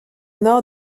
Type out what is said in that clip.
nord